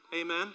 Amen